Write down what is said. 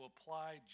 apply